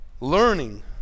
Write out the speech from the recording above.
learning